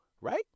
Right